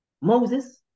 Moses